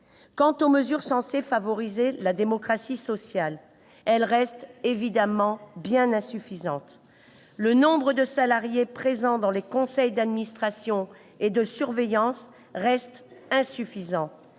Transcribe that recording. Quant aux mesures censées favoriser la démocratie sociale, elles restent évidemment bien insuffisantes, tout comme le nombre de salariés présents dans les conseils d'administration et de surveillance, dont